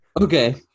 Okay